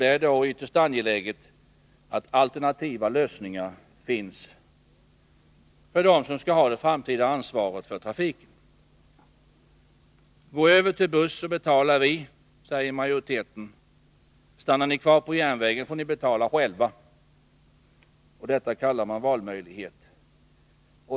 Det är då ytterst angeläget att det finns alternativa lösningar för dem som skall ha det framtida ansvaret för trafiken. Gå över till buss, så betalar vi, säger utskottsmajoriteten. Håller ni fast vid järnvägen får ni betala själva! Detta kallar man valmöjlighet!